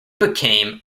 became